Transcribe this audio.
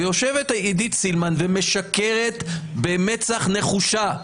ויושבת עידית סילמן ומשקרת במצח נחושה.